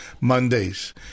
Mondays